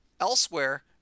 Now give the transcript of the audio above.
Elsewhere